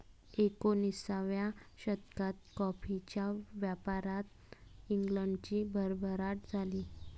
एकोणिसाव्या शतकात कॉफीच्या व्यापारात इंग्लंडची भरभराट झाली